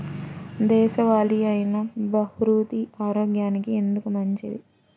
దేశవాలి అయినా బహ్రూతి ఆరోగ్యానికి ఎందుకు మంచిది?